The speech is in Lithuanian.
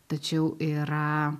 tačiau yra